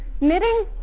knitting